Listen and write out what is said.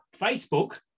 Facebook